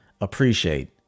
appreciate